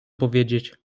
powiedzieć